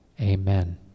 amen